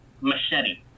Machete